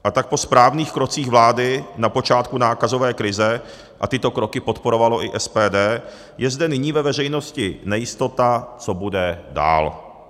A tak po správných krocích vlády na počátku nákazové krize, a tyto kroky podporovalo i SPD, je zde nyní ve veřejnosti nejistota, co bude dál.